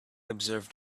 observed